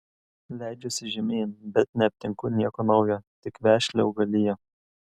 leidžiuosi žemyn bet neaptinku nieko naujo tik vešlią augaliją